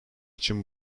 için